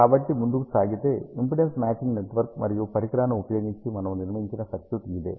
కాబట్టి ముందుకు సాగితే ఇంపిడెన్స్ మ్యాచింగ్ నెట్వర్క్ మరియు పరికరాన్ని ఉపయోగించి మనము నిర్మించిన సర్క్యూట్ ఇదే